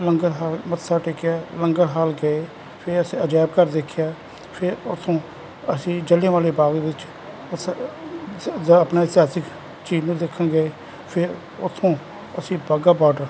ਲੰਗਰ hall ਮੱਥਾ ਟੇਕਿਆ langar hall ਗਏ ਫੇਰ ਅਸੀਂ ਅਜਾਇਬ ਘਰ ਦੇਖਿਆ ਫਿਰ ਉਥੋਂ ਅਸੀਂ ਜਲਿਆਂ ਵਾਲੇ ਬਾਗ ਵਿੱਚ ਦਾ ਆਪਣਾ ਇਤਿਹਾਸਿਕ ਚਿੰਨ੍ਹ ਦੇਖਾਂਗੇ ਫਿਰ ਉਥੋਂ ਅਸੀਂ ਬਾਗਾ ਬਾਰਡਰ